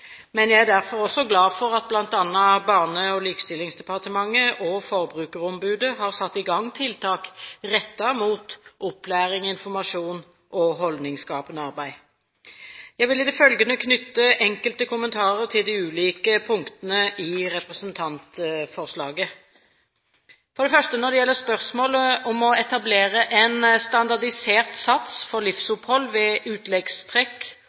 Jeg er derfor også glad for at bl.a. Barne- og likestillingsdepartementet og Forbrukerombudet har satt i gang tiltak rettet mot opplæring, informasjon og holdningsskapende arbeid. Jeg vil i det følgende knytte enkelte kommentarer til de ulike punktene i representantforslaget. For det første, når det gjelder spørsmålet om å etablere en standardisert sats for livsopphold ved utleggstrekk